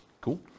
Cool